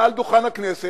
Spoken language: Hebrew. מעל דוכן הכנסת,